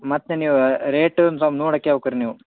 ಮತ್ತೆ ನೀವು ರೇಟ್ ಸ್ವಲ್ಪ ನೋಡಿ ಹಾಕಬೇಕ್ರಿ ನೀವು